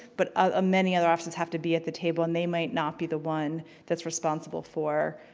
but ah many other offices have to be at the table and they might not be the one that's responsible for.